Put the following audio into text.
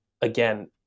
again